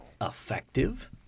effective